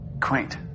Quaint